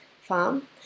farm